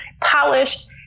polished